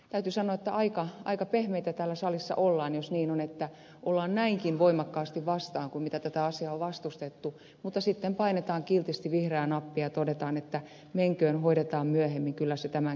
täytyy sanoa että aika pehmeitä täällä salissa ollaan jos niin on että ollaan näinkin voimakkaasti vastaan kuin miten tätä asiaa on vastustettu mutta sitten painetaan kiltisti vihreää nappia ja todetaan että menköön hoidetaan myöhemmin kyllä se tämän kestää